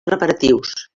preparatius